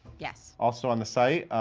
yes. also on the site,